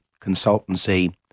consultancy